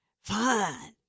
Fun